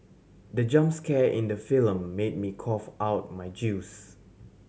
the jump scare in the film made me cough out my juice